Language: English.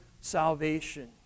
salvation